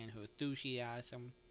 enthusiasm